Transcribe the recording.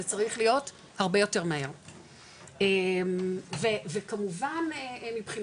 זה צריך להיות הרבה יותר מהר וכמובן מבחינתנו,